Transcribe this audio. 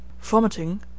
vomiting